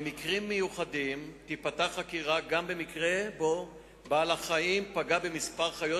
במקרים מיוחדים תיפתח חקירה גם במקרה שבו בעל-החיים פגע במספר חיות,